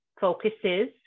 focuses